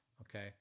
okay